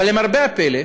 אבל למרבה הפלא,